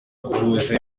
guhuza